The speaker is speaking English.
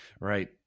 Right